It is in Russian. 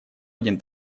один